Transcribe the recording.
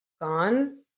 gone